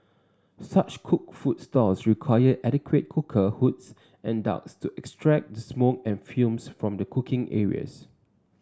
such cooked food stalls require adequate cooker hoods and ducts to extract the smoke and fumes from the cooking areas